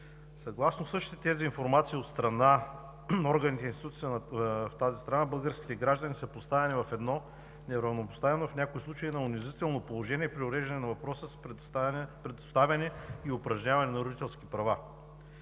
съгласно същите тези информации, български граждани са поставени в неравнопоставено, в някои случаи унизително положение, при уреждане на въпроса с предоставяне и упражняване на родителски права.